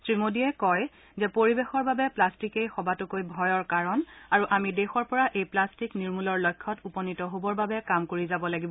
শ্ৰীমোডীয়ে কয় পৰিৱেশৰ বাবে প্লাষ্টিকে সবাতোকৈ ভয়ৰ কাৰণ আৰু আমি দেশৰ পৰা এই প্লাট্টিক নিৰ্মূলৰ লক্ষ্যত উপনীত হ'বৰ বাবে কাম কৰি যাব লাগিব